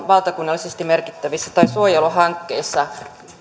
valtakunnallisesti merkittävissä tai suojeluhankkeissa